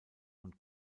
und